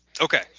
Okay